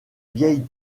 vieille